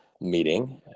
meeting